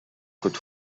could